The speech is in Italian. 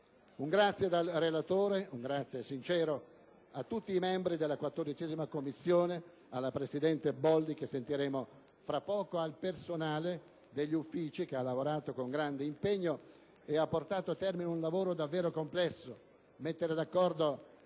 sincero dal relatore a tutti i membri della 14ª Commissione, alla presidente Boldi, che ascolteremo fra poco, al personale degli uffici, che ha lavorato con grande impegno e ha portato a termine un lavoro davvero complesso: mettere d'accordo